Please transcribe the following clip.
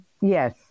Yes